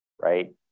right